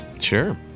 sure